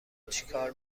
چیکار